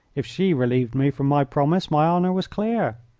if she relieved me from my promise my honour was clear.